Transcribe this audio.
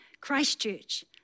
Christchurch